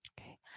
Okay